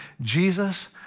Jesus